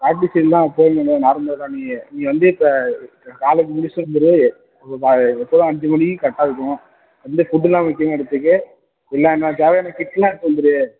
ப்ராக்டீஸெல்லாம் எப்போயும் போல தான் நார்மலாக தான் நீயும் நீ வந்து இப்போ காலேஜ் முடிச்சுட்டு வந்துரு எப்போதும் அஞ்சு மணிக்கு கரெக்ட்டா இருக்கணும் அதுமாதிரி ஃபுட்டெல்லாம் முக்கியமாக எடுத்துக்கோ எல்லா அங்கே தேவையான கிட்ஸ்லாம் எடுத்து வந்துரு